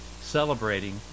celebrating